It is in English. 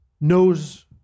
knows